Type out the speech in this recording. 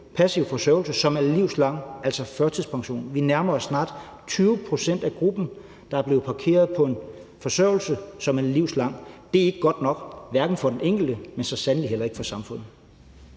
passiv forsørgelse, som er livslang, altså førtidspension. Vi nærmer os snart, at det er 20 pct. af gruppen, der er blevet parkeret på en forsørgelse, som er livslang. Det er ikke godt nok, hverken for den enkelte, men så sandelig heller ikke for samfundet.